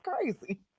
crazy